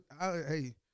hey